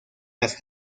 las